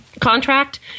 contract